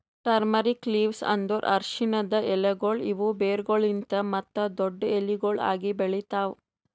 turmeric leaves ಅಂದುರ್ ಅರಶಿನದ್ ಎಲೆಗೊಳ್ ಇವು ಬೇರುಗೊಳಲಿಂತ್ ಮತ್ತ ದೊಡ್ಡು ಎಲಿಗೊಳ್ ಆಗಿ ಬೆಳಿತಾವ್